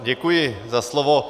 Děkuji za slovo.